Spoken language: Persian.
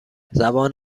زبان